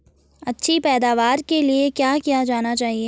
अच्छी पैदावार के लिए क्या किया जाना चाहिए?